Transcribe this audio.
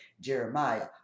Jeremiah